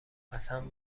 قسم